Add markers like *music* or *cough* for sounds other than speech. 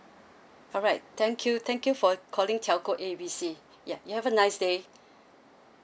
alright thank you thank you for calling telco A B C ya you have a nice day *breath*